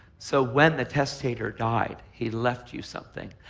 so when the testator died, he left you something,